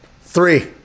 Three